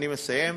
אני מסיים.